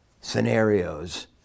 scenarios